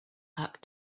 pack